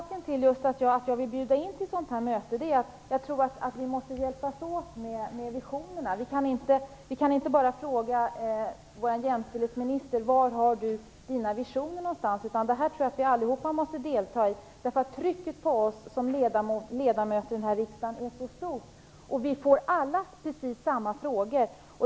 Herr talman! Orsaken till att jag ville inbjuda till ett möte är att vi måste hjälpas åt med visionerna. Vi kan inte bara fråga vår jämställdhetsminister var hon har sina visioner någonstans. Vi måste allihop delta i det arbetet. Trycket på oss ledamöter här i riskdagen är så stort, och vi får alla precis samma frågor.